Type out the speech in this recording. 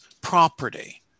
property